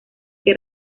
que